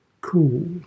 cool